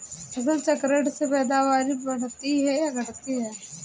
फसल चक्र से पैदावारी बढ़ती है या घटती है?